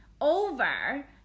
over